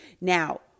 Now